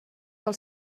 del